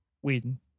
Whedon